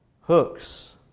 hooks